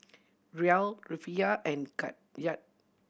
Riel Rufiyaa and Kyat